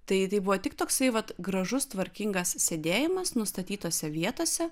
tai tai buvo tik toksai vat gražus tvarkingas sėdėjimas nustatytose vietose